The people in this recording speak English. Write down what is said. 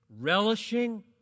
relishing